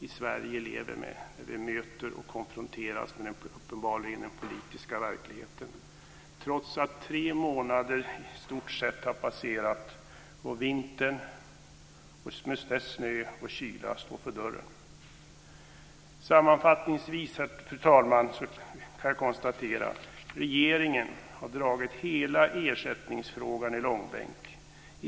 i Sverige lever med när vi möter och konfronteras med uppenbarligen den politiska verkligheten, trots att i stort sett tre månader har passerat och vintern med dess snö och kyla står för dörren. Sammanfattningsvis, fru talman, kan jag konstatera att regeringen har dragit hela ersättningsfrågan i långbänk.